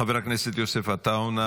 חבר הכנסת יוסף עטאונה,